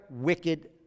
wicked